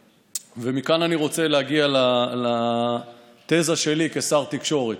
מכאן אני רוצה להגיע לתזה שלי כשר תקשורת.